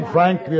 Frank